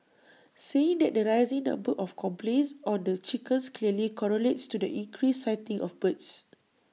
saying that the rising number of complaints on the chickens clearly correlates to the increased sighting of birds